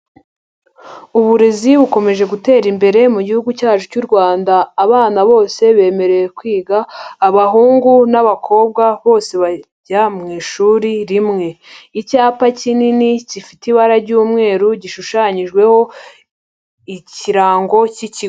Uburezi bukomeje gutera imbere mu gihugu cyacu cy'u Rwanda, abana bose bemerewe kwiga, abahungu n'abakobwa bose bajya mu ishuri rimwe. Icyapa kinini kifite ibara ry'umweru, gishushanyijweho ikirango cy'ikigo.